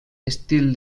estil